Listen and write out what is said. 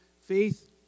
faith